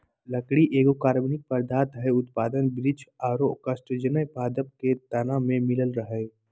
लकड़ी एगो कार्बनिक पदार्थ हई, उत्पादन वृक्ष आरो कास्टजन्य पादप के तना में मिलअ हई